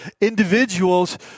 individuals